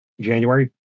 January